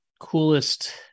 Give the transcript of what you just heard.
coolest